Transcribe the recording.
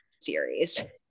series